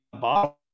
bottle